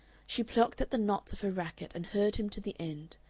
she plucked at the knots of her racket and heard him to the end,